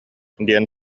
диэн